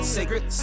Sacred